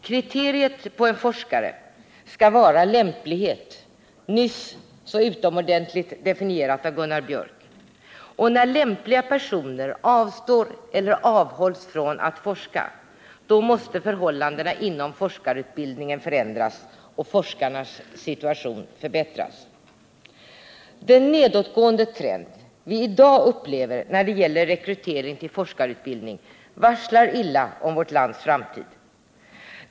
Kriteriet på en forskare skall vara lämplighet — nyss så utomordentligt definierad av Gunnar Biörck i Värmdö — och när lämpliga personer avstår eller avhålls från att forska, då måste förhållandena inom forskarutbildningen förändras och forskarnas situation förbättras. Den nedåtgående trend vi i dag upplever när det gäller rekrytering till forskarutbildning varslar illa om vårt lands framtid.